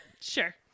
sure